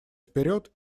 вперед